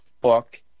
book